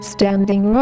Standing